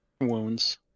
wounds